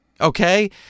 okay